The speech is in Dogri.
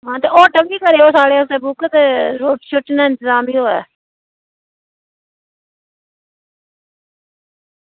आं होटल बी करेओ साढ़े आस्तै बुक ते रोटी शोटी दा बी इंतजाम होऐ